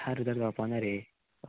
चार हजार जावपा ना रे